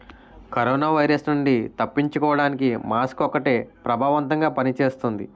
corona virus నుండి తప్పించుకోడానికి mask ఒక్కటే ప్రభావవంతంగా పని చేస్తుంది